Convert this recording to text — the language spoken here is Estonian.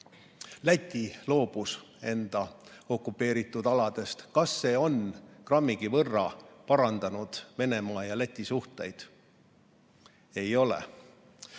Läti loobus enda okupeeritud aladest. Kas see on grammigi võrra parandanud Venemaa ja Läti suhteid? Ei